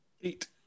Eight